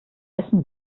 essen